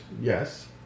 yes